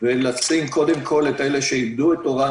ולשים קודם כל את אלה שאיבדו את תורם